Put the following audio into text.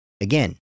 Again